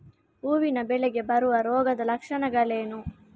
ಹೂವಿನ ಬೆಳೆಗೆ ಬರುವ ರೋಗದ ಲಕ್ಷಣಗಳೇನು?